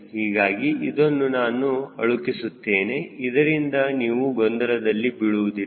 ಹೀಗಾಗಿ ಇದನ್ನು ನಾನು ಅಳುಕಿಸುತ್ತೇನೆ ಇದರಿಂದ ನೀವು ಗೊಂದಲದಲ್ಲಿ ಬೀಳುವುದಿಲ್ಲ